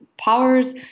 powers